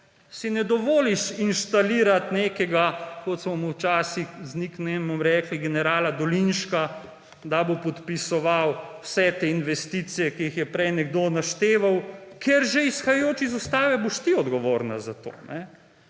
si ne dovoliš inštalirati nekega, kot smo mu včasih z vzdevkom rekli, generala Dolinška, da bo podpisoval vse te investicije, ki jih je prej nekdo našteval, ker boš že izhajajoč iz ustave ti odgovorna za to.